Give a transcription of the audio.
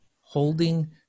holding